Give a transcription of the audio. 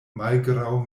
malgraŭ